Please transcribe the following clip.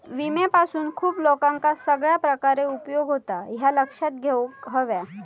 विम्यापासून खूप लोकांका सगळ्या प्रकारे उपयोग होता, ह्या लक्षात घेऊक हव्या